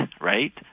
right